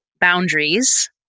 boundaries